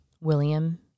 William